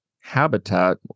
habitat